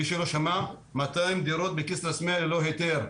מי שלא שמע, מאתיים דירות בכסרא סמיע ללא היתר.